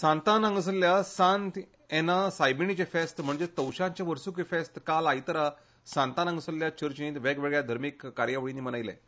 सांतान हांगासरल्या सांत ॲना सायबिणीचें फेस्त म्हणजेच तवशांचे वर्सुकी फेस्त काल आयतारा सांतान हांगासरल्या चर्चिन वेगवेगळ्या धार्मिक कार्यक्रमांनी मनयलें